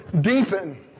deepen